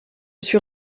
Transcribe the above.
suis